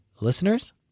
listeners